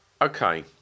Okay